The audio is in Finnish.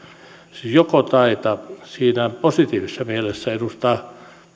joko taita siinä positiivisessa mielessä edustaa